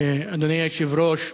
אדוני היושב-ראש,